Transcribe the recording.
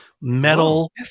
metal